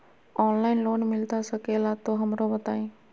Online loan मिलता सके ला तो हमरो बताई?